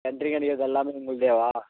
centring அடிக்கிறது எல்லாமே உங்களுதேவா